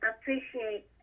appreciate